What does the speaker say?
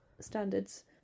standards